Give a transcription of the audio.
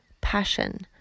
passion